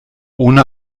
ohne